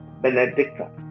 Benedicta